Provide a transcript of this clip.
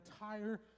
entire